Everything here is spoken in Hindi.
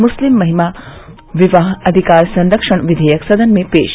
मुस्लिम महिला विवाह अधिकार संरक्षण विधेयक सदन में पेश